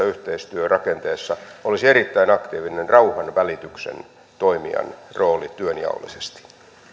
yhteistyörakenteessa olisi erittäin aktiivinen rauhanvälityksen toimijan rooli työnjaollisesti